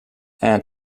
aunt